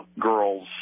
girl's